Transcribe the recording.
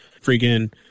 freaking